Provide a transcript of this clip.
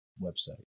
website